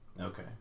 Okay